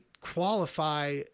qualify